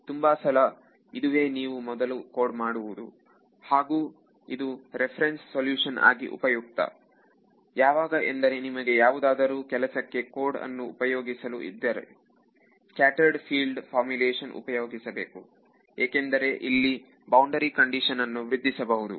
ತುಂಬಾ ಸಲ ಇದುವೇ ನೀವು ಮೊದಲು ಕೋಡ್ ಮಾಡುವುದು ಹಾಗೂ ಇದು ರೆಫರೆನ್ಸ್ ಸಲ್ಯೂಷನ್ ಆಗಿ ಉಪಯುಕ್ತ ಯಾವಾಗ ಎಂದರೆ ನಿಮಗೆ ಯಾವುದಾದರೂ ಕೆಲಸಕ್ಕೆ ಕೋಡ್ ಅನ್ನು ಉಪಯೋಗಿಸಲು ಇದ್ದರೆ ಸ್ಕ್ಯಾಟರೆಡ್ ಫೀಲ್ಡ್ ಫಾರ್ಮುಲೇಶನ್ ಉಪಯೋಗಿಸಬೇಕು ಏಕೆಂದರೆ ಇಲ್ಲಿ ಬೌಂಡರಿ ಕಂಡಿಶನ್ನು ವೃದ್ಧಿಸಬಹುದು